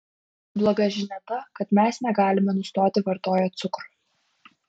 bloga žinia ta kad mes negalime nustoti vartoję cukrų